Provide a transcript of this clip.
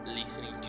listening